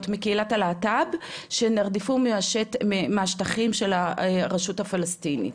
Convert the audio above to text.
מקהילת הלהט"ב שנרדפו בשטחים של הרשות הפלסטינית.